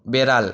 বেড়াল